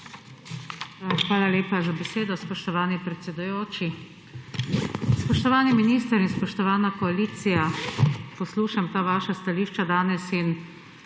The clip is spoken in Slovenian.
Hvala lepa za besedo, spoštovani predsedujoči! Spoštovani minister in spoštovana koalicija! Poslušam ta vaša stališča danes in